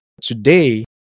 today